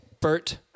Bert